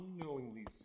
unknowingly